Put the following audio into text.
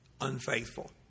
unfaithful